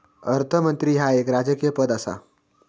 अर्थमंत्री ह्या एक राजकीय पद आसा